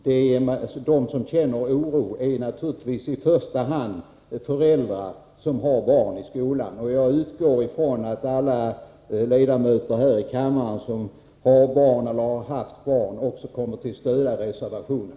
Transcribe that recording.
Herr talman! De som känner oro är naturligtvis i första hand föräldrar som har barn i skolan. Jag utgår från att alla ledamöter här i kammaren som har eller har haft barn kommer att stödja reservationen.